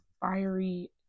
fiery